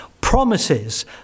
promises